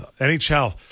NHL